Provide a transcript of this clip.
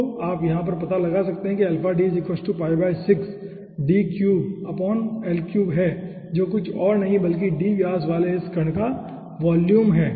तो आप यहाँ पर पता लगा सकते हैं कि यह हैं जो और कुछ नहीं बल्कि D व्यास वाले इस कण का वॉल्यूम है